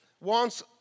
wants